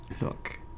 Look